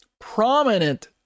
prominent